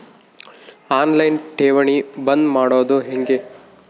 On line ಠೇವಣಿ ಬಂದ್ ಮಾಡೋದು ಹೆಂಗೆ?